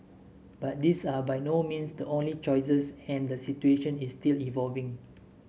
but these are by no means the only choices and the situation is still evolving